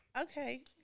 Okay